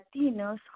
Latinos